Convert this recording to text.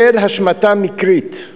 בשל השמטה מקרית,